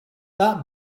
that